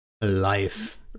life